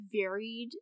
varied